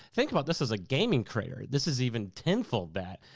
think about this as a gaming creator. this is even tenfold that.